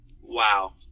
wow